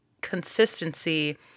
consistency